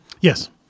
Yes